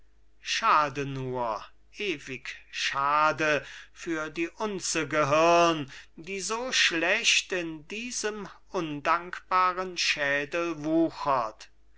schade nur ewig schade für die unze gehirn die so schlecht in diesem undankbaren schädel wuchert